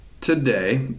today